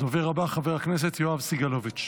הדובר הבא, חבר הכנסת יואב סגולוביץ'.